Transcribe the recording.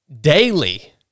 daily